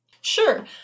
Sure